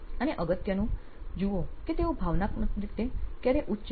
" અને અગત્યનું જુઓ કે તેઓ ભાવનાત્મક રીતે ક્યારે ઉચ્ચ છે